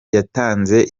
yatanze